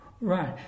Right